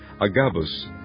Agabus